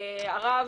הרב,